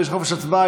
יש חופש הצבעה,